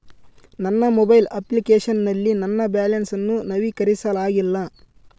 ನನ್ನ mobile application ನಲ್ಲಿ ನನ್ನ ಬ್ಯಾಲೆನ್ಸ್ ಅನ್ನು ನವೀಕರಿಸಲಾಗಿಲ್ಲ